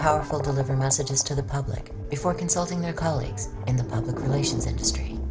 powerful deliver messages to the public before consulting their colleagues in the public relations industry